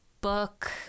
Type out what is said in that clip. book